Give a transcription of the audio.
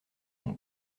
son